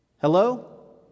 Hello